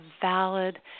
valid